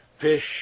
fish